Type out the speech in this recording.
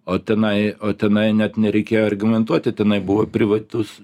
o tenai o tenai net nereikėjo argumentuoti tenai buvo privatus